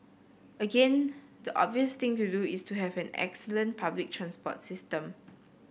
again the obvious thing to do is to have an excellent public transport system